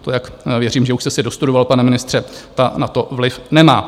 To, jak věřím, že už jste si dostudoval, pane ministře, ta na to vliv nemá.